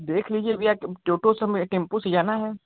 अब देख लीजिए भैया टोटो से टेमपु से जाना हे